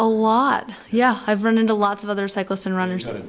a lot yeah i've run into lots of other cyclists and runners